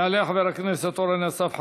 יעלה חבר הכנסת אורן אסף חזן,